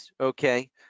okay